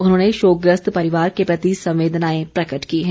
उन्होंने शोकग्रस्त परिवार के प्रति संवेदनाएं प्रकट की हैं